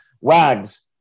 Wags